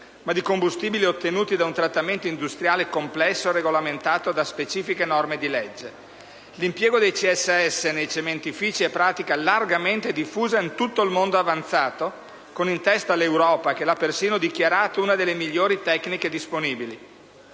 ma di combustibili ottenuti da un trattamento industriale complesso e regolamentato da specifiche norme di legge. L'impiego dei CSS nei cementifici è pratica largamente diffusa in tutto il mondo avanzato, con in testa l'Europa, che l'ha persino dichiarata una delle migliori tecniche disponibili.